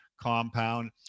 compound